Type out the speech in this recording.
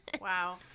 Wow